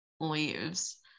leaves